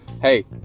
Hey